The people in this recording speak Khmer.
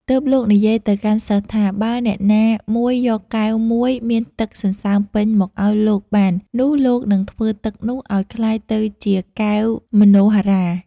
ទើបលោកនិយាយទៅកាន់សិស្សថា បើអ្នកណាមួយយកកែវមួយមានទឹកសន្សើមពេញមកឱ្យលោកបាន នោះលោកនឹងធ្វើទឹកនោះឱ្យក្លាយទៅជាកែវមនោហរា។